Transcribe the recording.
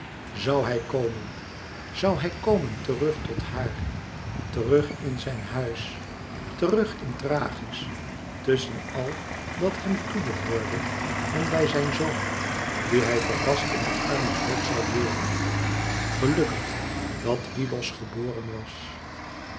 zoû hij komen zoû hij komen terug tot haar terug in zijn huis terug in thrachis tusschen àl dat hem toe behoorde en bij zijn zoon dien hij verrast in de armen hoog zoû beuren gelukkig dat hyllos geboren was